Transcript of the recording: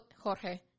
Jorge